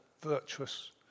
virtuous